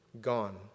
gone